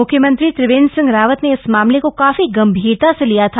मुख्यमंत्री त्रिवेंद्र सिंह रावत ने इस मामले का काफी गंभीरता से लिया था